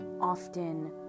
often